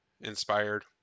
inspired